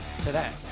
today